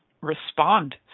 respond